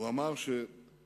הוא אמר שרק